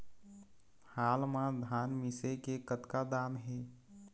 हाल मा धान मिसे के कतका दाम हे?